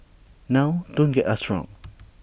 now don't get us wrong